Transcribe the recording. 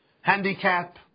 handicap